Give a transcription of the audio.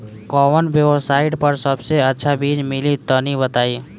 कवन वेबसाइट पर सबसे अच्छा बीज मिली तनि बताई?